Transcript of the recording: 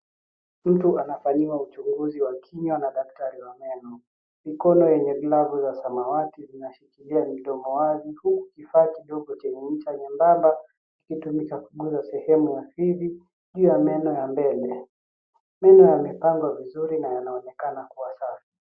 Mtu anafanyiwa uchunguzi wa kinywa na daktari wa meno. Mikono yenye glavu ya samawati inashikilia mdomo wazi, huku kifaa kidogo chenye ncha ya miraba, kikitumika kugwara sehemu ya fizi juu ya meno ya mbele. Meno yamepangwa vizuri na yaaonekana kua safi.